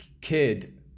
kid